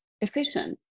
efficient